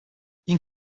این